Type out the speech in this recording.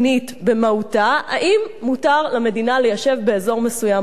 במהותה: האם מותר למדינה ליישב באזור מסוים או לא?